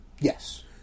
Yes